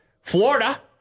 Florida